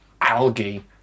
algae